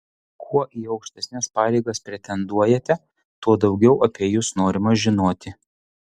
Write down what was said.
kuo į aukštesnes pareigas pretenduojate tuo daugiau apie jus norima žinoti